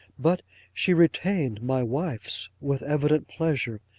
but she retained my wife's with evident pleasure,